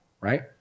right